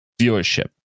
viewership